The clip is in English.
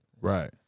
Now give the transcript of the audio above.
right